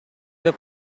деп